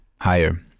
higher